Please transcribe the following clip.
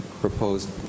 proposed